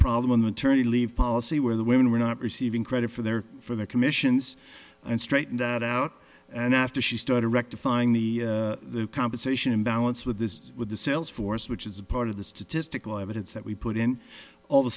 problem on maternity leave policy where the women were not receiving credit for their for their commissions and straightened that out and after she started rectifying the compensation imbalance with this with the sales force which is a part of the statistical evidence that we put in all of a